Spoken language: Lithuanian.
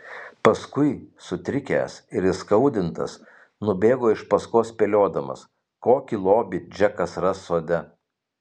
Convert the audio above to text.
paskui sutrikęs ir įskaudintas nubėgo iš paskos spėliodamas kokį lobį džekas ras sode